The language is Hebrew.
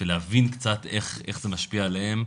בשביל להבין קצת איך זה משפיע עליהן.